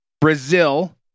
Brazil